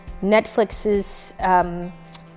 Netflix's